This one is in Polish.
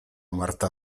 marta